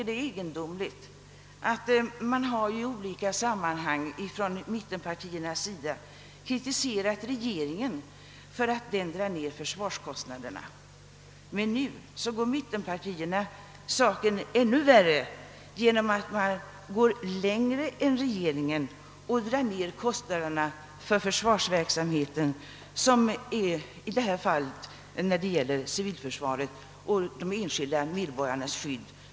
Mittenpartierna har i olika sammanhang kritiserat regeringen för att den minskat försvarskostnaderna. Jag tycker då att det är egendomligt att mittenpartierna i detta fall vill gå ännu längre än regeringen och dra ned kostnaderna för denna del av försvaret och därmed minska medborgarnas skydd.